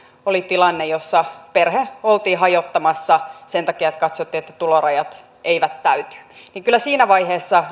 oli tilanne jossa perhe oltiin hajottamassa sen takia että katsottiin että tulorajat eivät täyty kyllä siinä vaiheessa